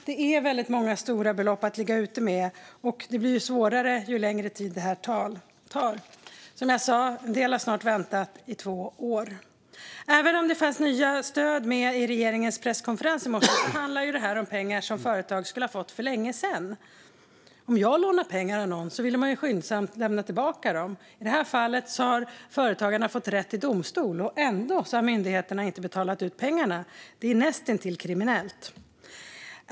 Det är stora belopp att ligga ute med för väldigt många, och det blir svårare ju längre tid det tar. Som jag sa har en del snart väntat i två år. Visst fanns det nya stöd med på regeringens presskonferens i morse, men det här handlar ju om pengar som företag skulle ha fått för länge sedan. Om jag lånar pengar av någon vill jag skyndsamt lämna tillbaka dem. I det här fallet har företagarna fått rätt i domstol. Ändå har myndigheterna inte betalat ut pengarna. Det är näst intill kriminellt.